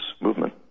movement